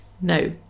No